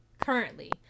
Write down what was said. currently